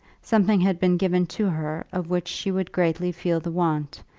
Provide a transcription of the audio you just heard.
something had been given to her of which she would greatly feel the want,